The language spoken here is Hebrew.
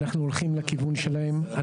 אנחנו הולכים לכיוון שלהם.